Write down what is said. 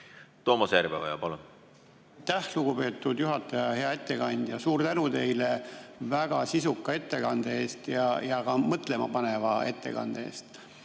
Toomas Järveoja, palun! Aitäh, lugupeetud juhataja! Hea ettekandja, suur tänu teile väga sisuka ettekande eest ja mõtlemapaneva ettekande eest!